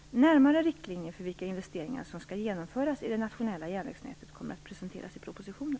Närmare riktlinjer för vilka investeringar som skall genomföras i det nationella järnvägsnätet kommer att presenteras i propositionen.